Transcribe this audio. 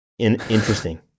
interesting